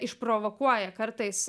išprovokuoja kartais